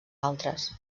altres